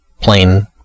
plain